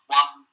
one